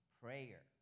prayer